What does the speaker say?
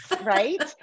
Right